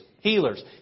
healers